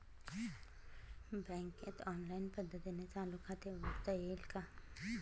बँकेत ऑनलाईन पद्धतीने चालू खाते उघडता येईल का?